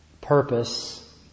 purpose